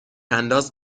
انداز